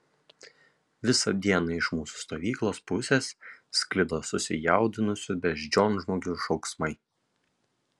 visą dieną iš mūsų stovyklos pusės sklido susijaudinusių beždžionžmogių šauksmai